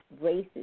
races